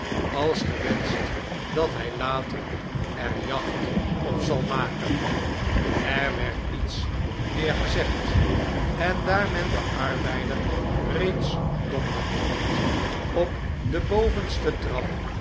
als ge wenscht dat hjj later er jacht op zal maken er werd niets meer gezegd en daar men den arbeider reeds dommelende vond op de bovenste trap